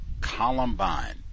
Columbine